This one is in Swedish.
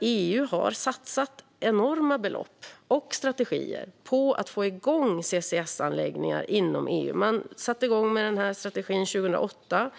EU har satsat enorma belopp och strategier på att få igång CCS-anläggningar inom EU. Man satte igång med strategin 2008.